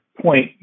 point